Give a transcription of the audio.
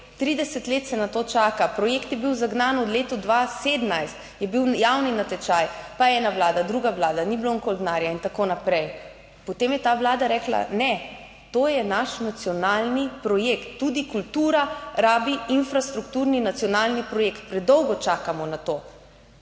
30 let se na to čaka. Projekt je bil zagnan, v letu 2017 je bil javni natečaj, pa ena vlada, druga vlada, ni bilo nikoli denarja in tako naprej. Potem je ta Vlada rekla, ne, to je naš nacionalni projekt. Tudi kultura rabi infrastrukturni nacionalni projekt, predolgo čakamo na to